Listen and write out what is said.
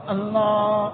Allah